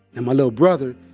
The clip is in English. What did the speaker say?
and my little brother,